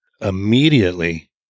immediately